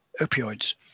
opioids